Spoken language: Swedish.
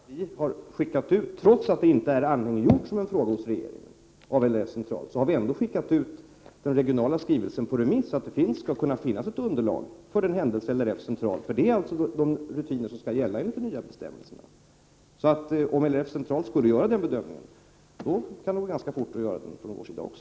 Fru talman! Vi har varit snabba på så sätt att vi, trots att frågan inte är anhängiggjord hos regeringen, har skickat ut den regionala skrivelsen på remiss så att det skall finnas ett underlag för den händelse LRF gör sin centrala framställning. Det är de rutiner som skall gälla enligt de nya bestämmelserna. Om LRF centralt skulle göra den bedömningen, kan vi göra den från vår sida också ganska fort.